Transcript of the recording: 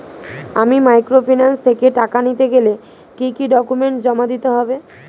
আমি মাইক্রোফিন্যান্স থেকে টাকা নিতে গেলে কি কি ডকুমেন্টস জমা দিতে হবে?